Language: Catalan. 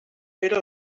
era